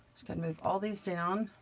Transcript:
just gotta move all these down,